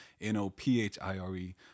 N-O-P-H-I-R-E